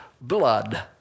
blood